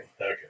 Okay